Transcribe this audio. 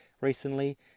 recently